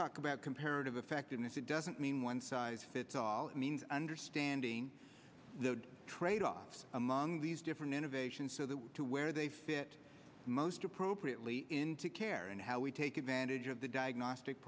talk about comparative effectiveness it doesn't mean one size fits all it means understanding the tradeoffs among these different innovations so that to where they fit most appropriately into care and how we take advantage of the diagnostic